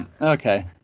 Okay